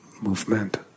movement